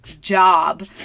job